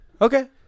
okay